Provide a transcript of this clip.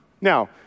Now